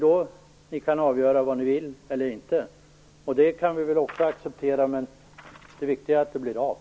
Då kan ni avgöra om ni vill ta ett sådant initiativ eller inte. Det viktiga är att vi får ett besked.